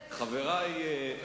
כבוד השר גלעד אֶרדן.